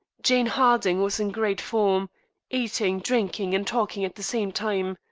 jane harding was in great form eating, drinking, and talking at the same time.